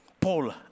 Paul